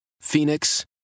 Phoenix